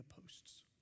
posts